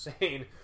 insane